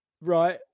right